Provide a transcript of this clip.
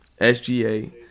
SGA